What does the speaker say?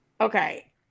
Okay